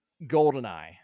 Goldeneye